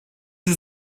yüz